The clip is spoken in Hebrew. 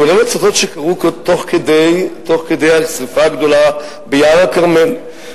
כולל הצתות שקרו תוך כדי השרפה הגדולה ביער הכרמל,